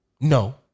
No